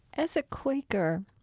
as a quaker,